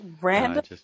Random